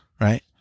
Right